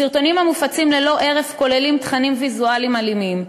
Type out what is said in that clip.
הסרטונים המופצים ללא הרף כוללים תכנים ויזואליים אלימים,